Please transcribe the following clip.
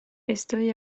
estoy